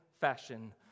fashion